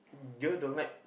girl don't like